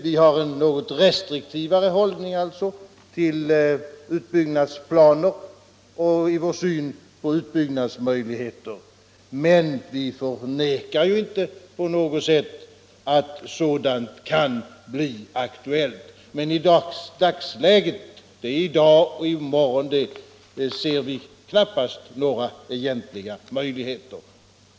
Vi har alltså en något restriktivare hållning till utbyggnadsplaner och en något restriktivare syn på utbyggnadsmöjligheter, men vi förnekar inte på något sätt att sådant kan bli aktuellt. Men i dagsläget — dvs. i dag och i morgon — ser vi knappast några möjligheter till det.